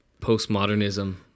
postmodernism